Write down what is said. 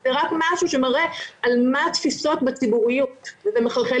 זה מראה על התפיסות בציבור וזה מחלחל